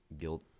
guilt